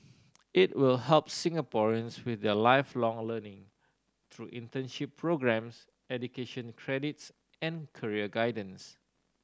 it will help Singaporeans with their Lifelong Learning through internship programmes education credits and career guidance